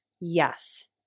Yes